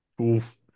Oof